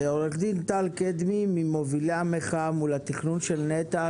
עורך דין טל קדמי ממובילי המחאה מול התכנון של נת"ע,